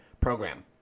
program